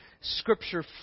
Scripture